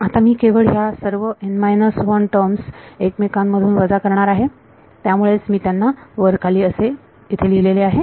आता मी केवळ ह्या सर्व टर्म एकमेकां मधून वजा करणार आहे त्यामुळेच मी त्यांना वर खाली असे लिहिलेले आहे